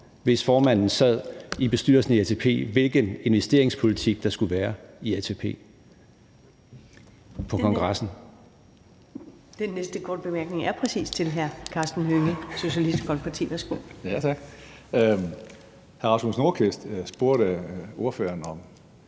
hvis formanden sad i bestyrelsen for ATP, hvilken investeringspolitik der skulle være i ATP. Kl.